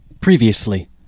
Previously